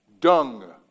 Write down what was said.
Dung